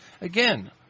Again